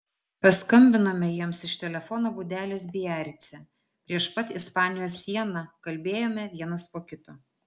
paskambinome jiems iš telefono būdelės biarice prieš pat ispanijos sieną kalbėjome vienas po kito